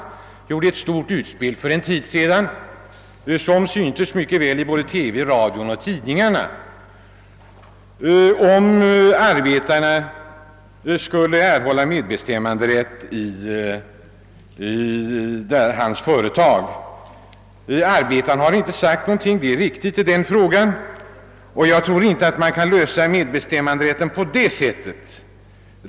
Han gjorde för en tid sedan ett stort utspel, som blev mycket uppmärksammat i TV, radio och press, och sade att arbetarna i hans företag skulle få medbestämmanderätt. Det är riktigt att arbetarna inte har sagt någonting i den frågan, men jag tror heller inte att man kan lösa medbestämmanderätten på det sättet.